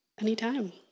Anytime